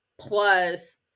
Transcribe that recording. plus